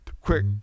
quick